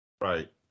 Right